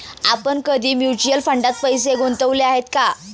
आपण कधी म्युच्युअल फंडात पैसे गुंतवले आहेत का?